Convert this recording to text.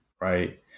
Right